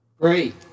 Great